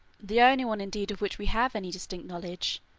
the only one indeed of which we have any distinct knowledge,